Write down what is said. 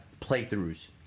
playthroughs